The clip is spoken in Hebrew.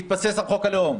בהתבסס על חוק הלאום.